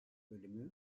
bölümü